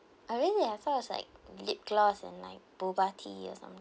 uh really ah I thought was like lip gloss and like boba tea or something